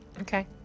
Okay